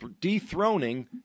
dethroning